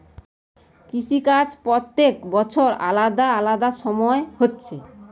কৃষি কাজ প্রত্যেক বছর আলাদা আলাদা সময় হচ্ছে